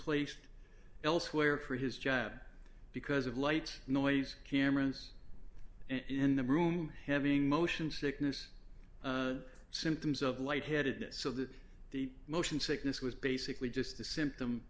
placed elsewhere for his job because of lights noise cameras in the room having motion sickness symptoms of lightheadedness so that the motion sickness was basically just a symptom